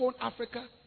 Africa